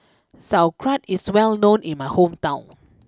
Sauerkraut is well known in my hometown